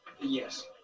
Yes